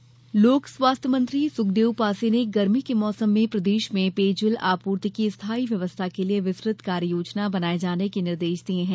पेयजल व्यवस्था लोक स्वास्थ्य मंत्री सुखदेव पांसे ने गर्मी के मौसम में प्रदेश में पेयजल आपूर्ति की स्थाई व्यवस्था के लिये विस्तृत कार्य योजना बनाये जाने के निर्देश दिये हैं